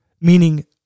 meaning